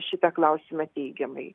šitą klausimą teigiamai